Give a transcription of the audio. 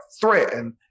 threatened